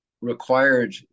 required